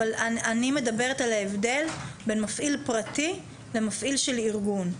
אבל אני מדברת על ההבדל בין מפעיל פרטי למפעיל של ארגון.